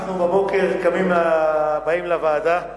אנחנו בבוקר באים לוועדה,